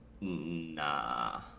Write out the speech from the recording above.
Nah